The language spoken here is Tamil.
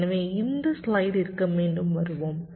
எனவே இந்த ஸ்லைடிற்கு மீண்டும் வருவோம்